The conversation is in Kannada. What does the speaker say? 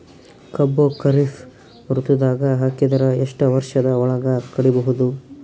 ಕಬ್ಬು ಖರೀಫ್ ಋತುದಾಗ ಹಾಕಿದರ ಎಷ್ಟ ವರ್ಷದ ಒಳಗ ಕಡಿಬಹುದು?